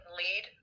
lead